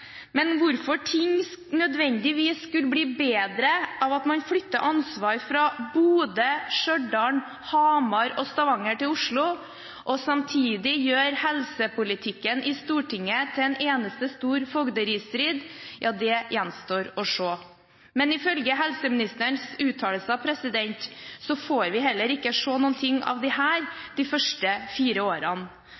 Men hvorfor ting nødvendigvis skulle bli bedre ved at man flytter ansvar fra Bodø, Stjørdal, Hamar og Stavanger til Oslo, og samtidig gjør helsepolitikken i Stortinget til en eneste stor fogderistrid, gjenstår å se. Men ifølge helseministerens uttalelser får vi heller ikke se noe av dette de